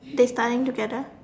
they tying together